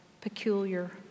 peculiar